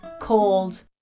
cold